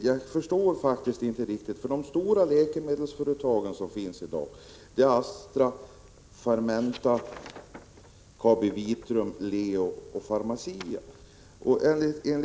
Fru talman! Jag förstår inte riktigt. De stora läkemedelsföretag som finns i dag är Astra, Fermenta, KabiVitrum, Leo och Pharmacia.